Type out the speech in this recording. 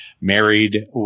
Married